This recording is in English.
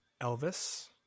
Elvis